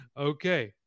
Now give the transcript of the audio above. Okay